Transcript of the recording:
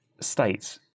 states